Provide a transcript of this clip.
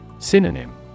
Synonym